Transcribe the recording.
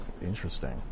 interesting